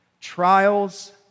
Trials